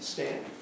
Stand